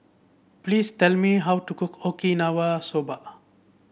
please tell me how to cook Okinawa Soba